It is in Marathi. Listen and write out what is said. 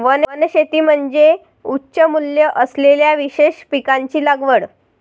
वनशेती म्हणजे उच्च मूल्य असलेल्या विशेष पिकांची लागवड